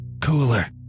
cooler